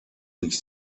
sich